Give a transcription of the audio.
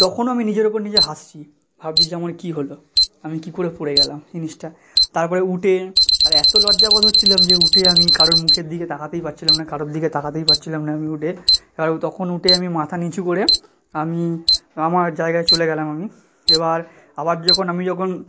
তখনও আমি নিজের ওপর নিজে হাসছি ভাবছি যে আমার কী হলো আমি কী করে পড়ে গেলাম জিনিসটা তারপরে উঠে আর এতো লজ্জা বোধ হচ্ছিলাম যে উঠে আমি কারোর মুখের দিক তাকাতেই পারছিলাম না কারোর দিকে তাকাতেই পারছিলাম না আমি উঠে কারণ তখন উঠে আমি মাথা নিচু করে আমি আমার জায়গায় চলে গেলাম আমি এবার আবার যখন আমি যখন